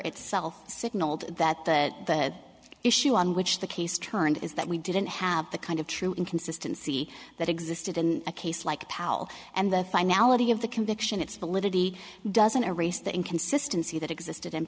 itself signaled that the issue on which the case turned is that we didn't have the kind of true inconsistency that existed in a case like powell and the finality of the conviction its validity doesn't erase the inconsistency that existed in